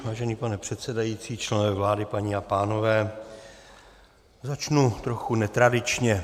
Vážený pane předsedající, členové vlády, paní a pánové, začnu trochu netradičně.